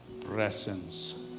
presence